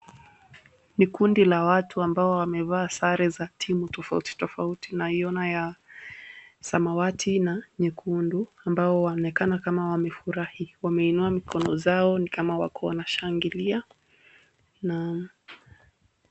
Ni kundi la watu ambao wamevaa sare za timu tofauti tofauti naiona ya samawati na nyekundu ambao wanaonekana kama wamefurahi, wameinua mikono zao ni kama wako wanashangilia.